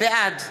בעד